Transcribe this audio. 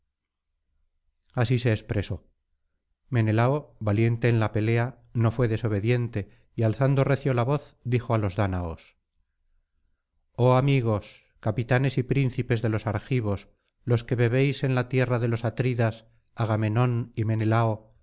así se expresó menelao valiente en la pelea no fué desobediente y alzando recio la voz dijo á los dánaos oh amigos capitanes y príncipes de los argivos los que bebéis en la tienda de los atridas agamenón y menelao